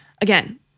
Again